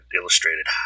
illustrated